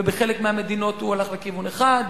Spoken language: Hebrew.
ובחלק מהמדינות הוא הלך לכיוון אחד.